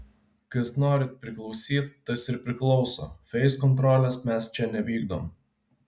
kas nori priklausyt tas ir priklauso feiskontrolės mes čia nevykdom